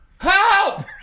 Help